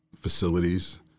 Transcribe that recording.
facilities